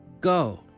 Go